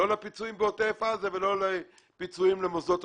לפיצויים בעוטף עזה ולא לפיצויים למוסדות החינוך.